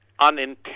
unintended